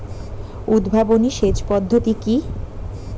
উদ্ভাবনী সেচ পদ্ধতি কি?